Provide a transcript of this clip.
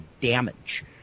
damage